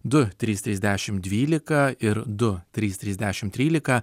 du trys trys dešimt dvylika ir du trys trys dešimt trylika